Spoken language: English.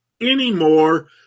anymore